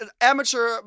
amateur